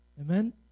Amen